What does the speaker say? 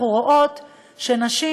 אנחנו רואות שנשים,